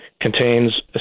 contains